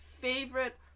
favorite